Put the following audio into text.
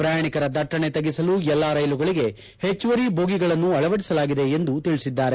ಪ್ರಯಾಣಿಕರ ದಟ್ಟಣೆ ತಗ್ಗಿಸಲು ಎಲ್ಲಾ ರ್ನೆಲುಗಳಗೆ ಹೆಚ್ಚುವರಿ ದೋಗಿಗಳನ್ನು ಅಳವಡಿಸಲಾಗಿದೆ ಎಂದು ತಿಳಿಸಿದ್ದಾರೆ